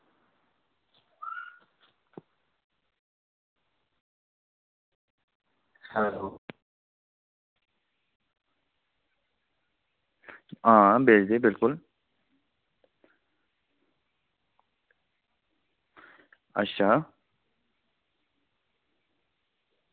hello हां बेचदे बिलकुल अच्छा